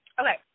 Okay